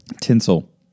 tinsel